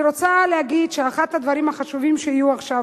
אני רוצה להגיד שאחד הדברים החשובים שיהיו עכשיו,